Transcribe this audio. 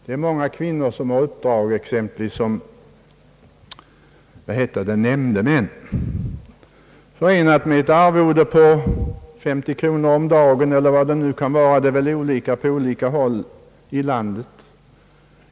Det är många kvinnor som har uppdrag, exempelvis som nämndemän, förenat med ett arvode på 50 kronor om dagen, eller vad det nu kan vara — det är olika på olika håll i landet.